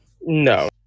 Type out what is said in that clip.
No